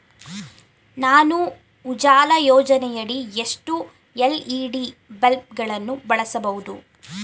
ನಾನು ಉಜಾಲ ಯೋಜನೆಯಡಿ ಎಷ್ಟು ಎಲ್.ಇ.ಡಿ ಬಲ್ಬ್ ಗಳನ್ನು ಬಳಸಬಹುದು?